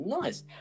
nice